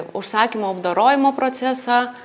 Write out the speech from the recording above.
užsakymų apdorojimo procesą